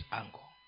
angle